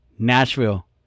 Nashville